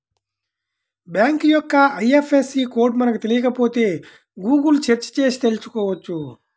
bank యొక్క IFSC code మనకు తెలియకపోతే గుగుల్ సెర్చ్ చేసి తెల్సుకోవచ్చు